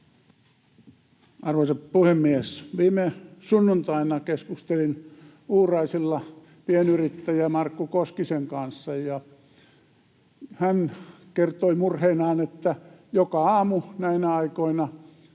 Arvoisa puhemies! Viime sunnuntaina keskustelin Uuraisilla pienyrittäjä Markku Koskisen kanssa, ja hän kertoi murheenaan, että joka aamu näinä aikoina